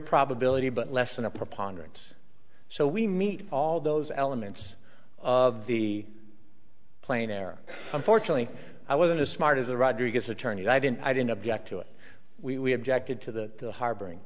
probability but less than a preponderance so we meet all those elements of the plane air unfortunately i wasn't as smart as the rodriguez attorney i didn't i didn't object to it we have jacked it to the harboring